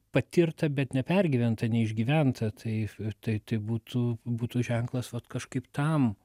patirta bet nepergyventa neišgyventa tai tai tai būtų būtų ženklas vat kažkaip tam